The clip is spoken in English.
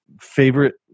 favorite